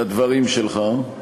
לדברים שלך,